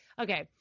Okay